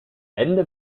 ende